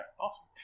awesome